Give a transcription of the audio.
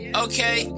okay